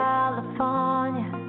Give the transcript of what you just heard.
California